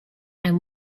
and